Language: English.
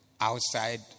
outside